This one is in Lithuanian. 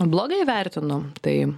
blogai vertinu tai